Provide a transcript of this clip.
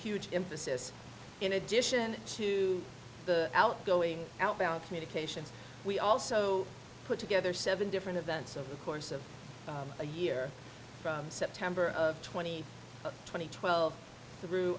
huge emphasis in addition to the outgoing outbound communications we also put together seven different events over the course of a year from september of twenty twenty twelve through